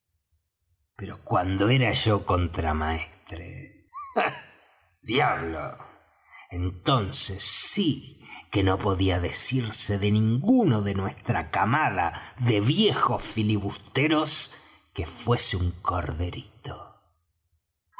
pero cuando era yo contramaestre ah diablo entonces sí que no podía decirse de ninguno de nuestra camada de viejos filibusteros que fuese un corderito